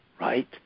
Right